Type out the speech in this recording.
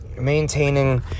maintaining